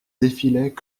défilaient